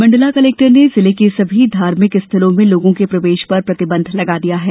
Mandla collector ने जिले के सभी धार्मिक स्थलों में लोगों के प्रवेश पर प्रतिबंध लगा दिया है